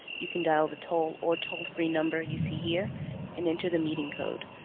you can dial the toll or toll-free number you see here and enter the meeting coat.